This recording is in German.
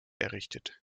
errichtet